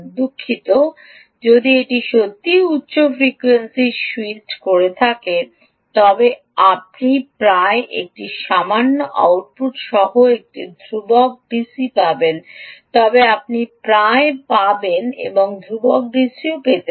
ওহ দুঃখিত যদি এটি সত্যই উচ্চ ফ্রিকোয়েন্সিতে স্যুইচ করে থাকে তবে আপনি প্রায় একটি সামান্য আউটপুট সহ একটি ধ্রুবক ডিসি পাবেন তবে আপনি প্রায় পাবেন একটি ধ্রুবক ডিসি পেতে